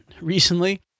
recently